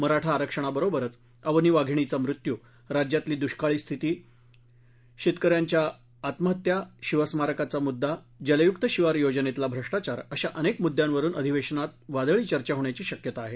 मराठा आरक्षणाबरोबरच अवनी वाधिणीचा मृत्यू राज्यातली दुष्काळ परिस्थिती शेतकऱ्यांच्या आत्महत्या शिवस्मारकाचा मुद्रा जलयुक्त शिवार योजनेतला भ्रष्टाचार अशा अनेक मुद्द्यांवरून अधिवेशनात वादळी चर्चा होण्याची शक्यता आहे